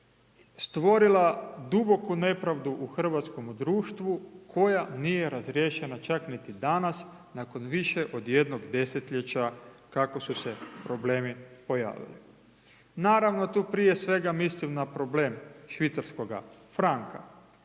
stvorila duboku nepravdu u hrvatskom društvu koja nije razriješena čak niti danas nakon više od jednog desetljeća kako su se problemi pojavili. Naravno, tu prije svega mislim na problem švicarskoga franka,